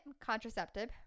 contraceptive